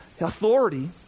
authority